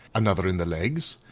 another in the legs,